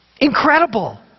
Incredible